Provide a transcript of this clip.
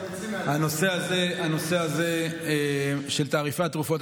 הנושא הזה של תעריפי התרופות,